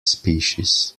species